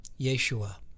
Yeshua